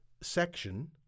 section